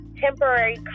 temporary